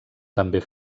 també